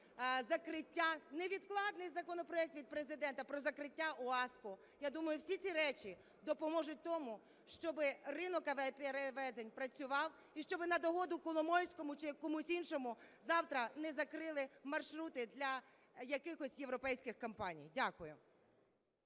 закриття, невідкладний законопроект від Президента, про закриття ОАСК. Я думаю, всі ці речі допоможуть тому, щоб ринок перевезень працював і щоб над догоду Коломойському чи комусь іншому завтра не закрили маршрути для якихось європейських компаній. Дякую.